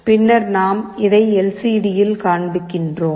பின்னர் நாம் இதை எல்சிடியில் காண்பிக்கிறோம்